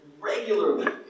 Regularly